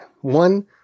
One